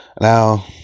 Now